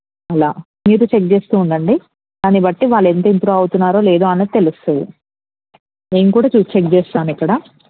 అలా మీరూ చెక్ చేస్తూ ఉండండి దాన్ని బట్టి వాళ్ళెంత ఇంప్రూవ్ అవుతున్నారో లేదో అనేది తెలుస్తుంది మేము కూడా చూసి చెక్ చేస్తాము ఇక్కడ